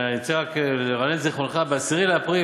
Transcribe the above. אני רוצה רק לרענן את זיכרונך: ב-10 באפריל